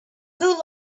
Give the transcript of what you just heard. who